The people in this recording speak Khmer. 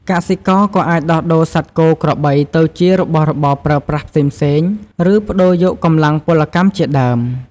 កសិករក៏អាចដោះដូរសត្វគោក្របីទៅជារបស់របរប្រើប្រាស់ផ្សេងៗ ឬប្ដូរយកកម្លាំងពលកម្មជាដើម។